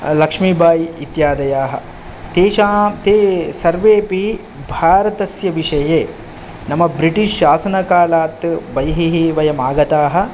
लक्ष्मीबाय् इत्यादयाः तेषां ते सर्वेऽपि भारतस्यविषये नाम ब्रिटिश् शासनकालात् बहिः वयम् आगताः